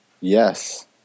Yes